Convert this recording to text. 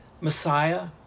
Messiah